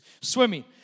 swimming